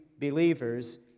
believers